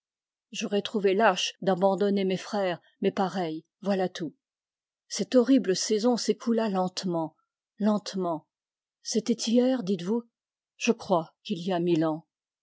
j'aurais trouvé lâche d'abandonner mes frères mes pareils voilà tout cette horrible saison s'écoula lentement lentement c'était hier dites-vous je crois qu'il y a mille ans